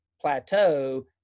plateau